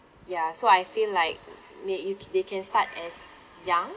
ya so I feel like may you they can start as young